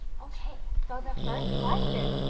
okay, so the first question.